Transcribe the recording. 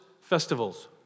festivals